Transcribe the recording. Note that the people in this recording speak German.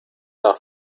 nach